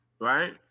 right